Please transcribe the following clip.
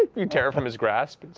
you tear it from his grasp.